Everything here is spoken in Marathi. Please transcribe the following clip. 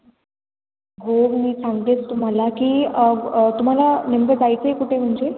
हो मी सांगतेच तुम्हाला की तुम्हाला नेमकं जायचं आहे कुठे म्हणजे